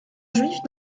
juifs